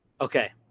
Okay